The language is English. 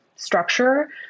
structure